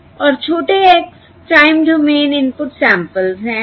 और छोटे x s time domain input samples हैं